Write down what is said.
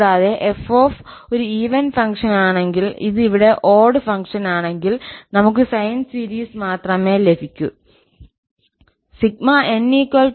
കൂടാതെ 𝑓 ഒരു ഈവൻ ഫംഗ്ഷനാണെങ്കിൽ ഇത് ഇവിടെ ഓട് ഫംഗ്ഷനാണെങ്കിൽ നമുക്ക് സൈൻ സീരീസ് മാത്രമേ ലഭിക്കൂ n1bn sin nπxL